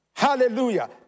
Hallelujah